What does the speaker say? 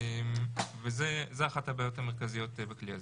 זה אחת הבעיות המרכזיות בכלי הזה.